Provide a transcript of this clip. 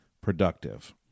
productive